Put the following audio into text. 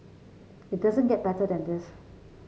it doesn't get better than this